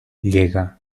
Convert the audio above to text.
llega